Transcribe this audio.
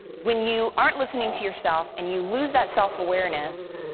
when you aren't listening to yourself and you lose that self-awareness,